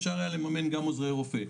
אפשר היה לממן גם עוזרי רופא.